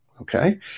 Okay